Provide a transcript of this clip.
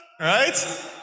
right